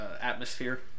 atmosphere